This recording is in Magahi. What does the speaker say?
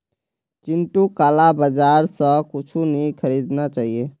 चिंटूक काला बाजार स कुछू नी खरीदना चाहिए